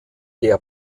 der